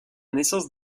naissance